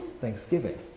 Thanksgiving